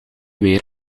weer